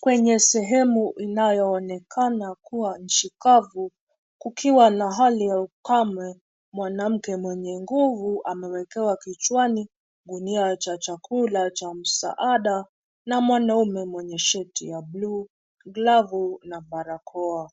Kwenye sehemu inayoonekana kuwa nchi kavu. Kukiwa na hali ya ukame mwanamke mwenye nguvu amewekewa kichwani gunia cha chakula cha msaada na mwanaume mwenye sheti ya blue, glavu na barakoa.